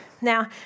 Now